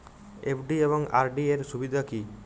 FD এবং RD এর সুবিধা কী?